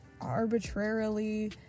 arbitrarily